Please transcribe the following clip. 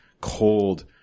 cold